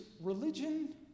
religion